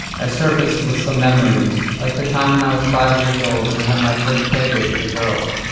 i surfaced with some memories, like the time when i was five years old and had my first play-date with a girl.